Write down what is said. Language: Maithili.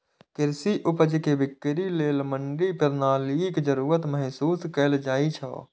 कृषि उपज के बिक्री लेल मंडी प्रणालीक जरूरत महसूस कैल जाइ छै